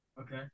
Okay